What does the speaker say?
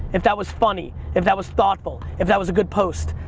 if that was funny, if that was thoughtful, if that was a good post.